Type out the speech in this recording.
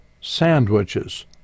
sandwiches